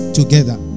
together